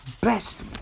best